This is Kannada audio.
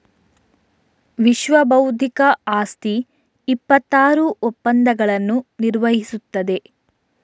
ವಿಶ್ವಬೌದ್ಧಿಕ ಆಸ್ತಿ ಇಪ್ಪತ್ತಾರು ಒಪ್ಪಂದಗಳನ್ನು ನಿರ್ವಹಿಸುತ್ತದೆ